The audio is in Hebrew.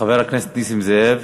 חבר הכנסת נסים זאב,